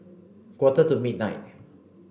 quarter to midnight